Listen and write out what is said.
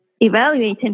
evaluating